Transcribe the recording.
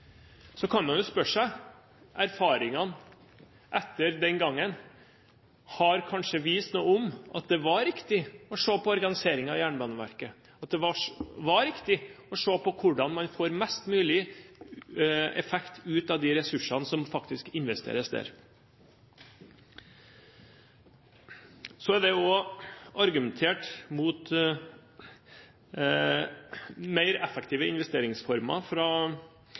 Så kan man spørre seg om erfaringene etter den gangen kanskje har vist noe om at det var riktig å se på organiseringen av Jernbaneverket, at det var riktig å se på hvordan man får mest mulig effekt ut av de ressursene som faktisk investeres der. Så er det også argumentert mot mer effektive investeringsformer fra